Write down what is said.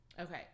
Okay